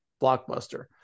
Blockbuster